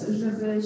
żeby